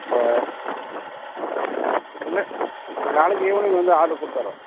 இல்லை நாளைக்கு ஈவினிங் வந்து ஆட்ரு கொடுத்தர்றோம்